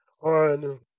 on